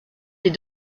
des